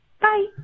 Bye